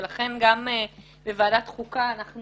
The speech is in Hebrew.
ולכן גם בוועדת חוקה אנחנו